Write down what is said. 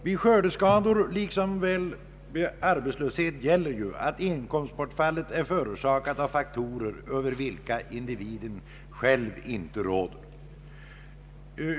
Vid skördeskador lika väl som vid arbetslöshet gäller ju att inkomstbortfallet är förorsakat av faktorer över vilka individen själv inte råder.